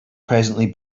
presently